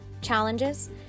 challenges